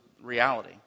reality